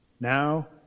Now